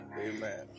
Amen